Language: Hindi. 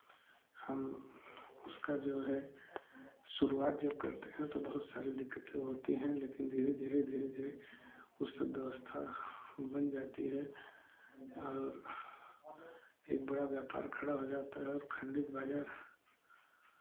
हम उसका जो है शुरुआत जो करते हैं तो बहुत सारी दिक्कतें होती हैं लेकिन धीरे धीरे धीरे धीरे उस व्यवस्था बन जाती है और एक बड़ा व्यापार खड़ा हो जाता है और खंडित बाज़ार